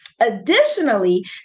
Additionally